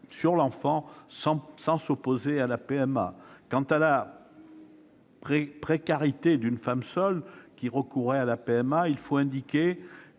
sur l'enfant, sans s'opposer néanmoins à la PMA. Quant à la précarité d'une femme seule qui y recourrait, il faut indiquer